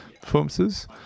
performances